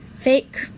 Fake